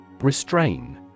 Restrain